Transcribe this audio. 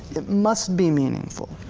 it must be meaningful.